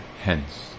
hence